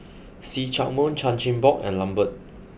see Chak Mun Chan Chin Bock and Lambert